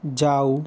যাও